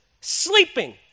sleeping